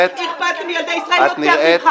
אכפת לי מילדי ישראל יותר ממך.